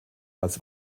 als